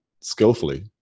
skillfully